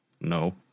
No